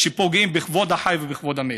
אלה שפוגעים בכבוד החי ובכבוד המת.